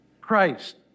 Christ